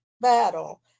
battle